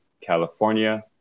California